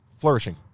flourishing